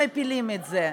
הייתם מפילים את זה.